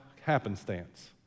happenstance